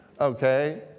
Okay